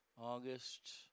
August